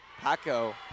Paco